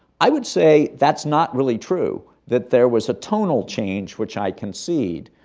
i would say that's not really true that there was a tonal change, which i concede.